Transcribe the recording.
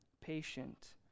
patient